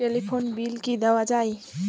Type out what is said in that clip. Telephone bill কি দেওয়া যায়?